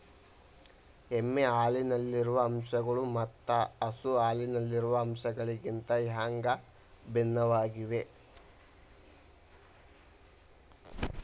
ಎಮ್ಮೆ ಹಾಲಿನಲ್ಲಿರುವ ಅಂಶಗಳು ಮತ್ತ ಹಸು ಹಾಲಿನಲ್ಲಿರುವ ಅಂಶಗಳಿಗಿಂತ ಹ್ಯಾಂಗ ಭಿನ್ನವಾಗಿವೆ?